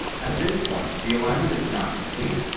at this point, the alignment is not complete.